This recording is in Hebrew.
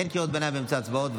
אין קריאות ביניים באמצע הצבעות.